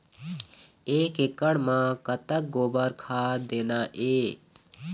एक एकड़ म कतक गोबर खाद देना ये?